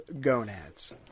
gonads